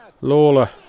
Lawler